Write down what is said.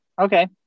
Okay